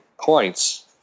points –